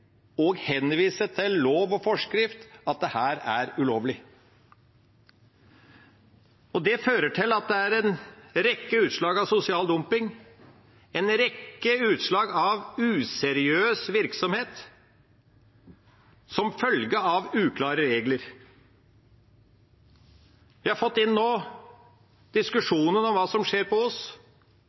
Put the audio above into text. ulovlig. Det gir seg utslag i en rekke tilfeller av sosial dumping, en rekke tilfeller av useriøs virksomhet, som følge av uklare regler. Vi har nå fått inn i diskusjonen hva som skjer på